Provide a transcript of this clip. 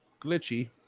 glitchy